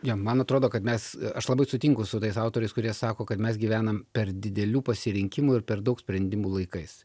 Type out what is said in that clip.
jo man atrodo kad mes aš labai sutinku su tais autoriais kurie sako kad mes gyvenam per didelių pasirinkimų ir per daug sprendimų laikais